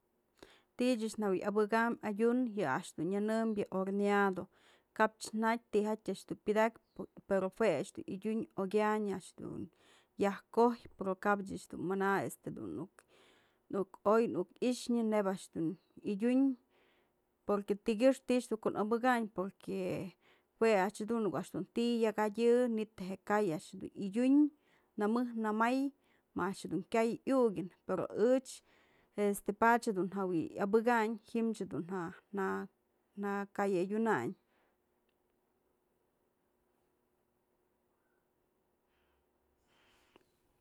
Ti'i ëch najue abëka'am adyun yë a'ax dun nyënëmbyë horneado kap jatyë tijatyë a'ax dun pyadakpyë pero jue a'ax dun yadyun okyanyë a'ax jedun yaj kojyë pero kap ëch dun mana este nuk oy nuk i'ixnyëneyb a'ax dun yadyun porque ti'i kyëxpë ko'o abëkany porque jue a'ax jadun ko'o a'ax ti'i yak jadyëmanytë je kay yadyun namëj nëmay, ma a'ax dun kyay iukën pero ëch este padyë dun jawë yabëkaynyë ji'im dun ja ka'ay adyunay.